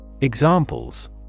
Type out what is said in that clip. Examples